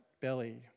belly